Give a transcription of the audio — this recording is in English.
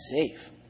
safe